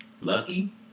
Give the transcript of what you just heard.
Lucky